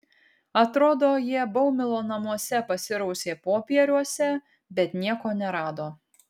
atrodo jie baumilo namuose pasirausė popieriuose bet nieko nerado